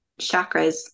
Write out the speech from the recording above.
chakras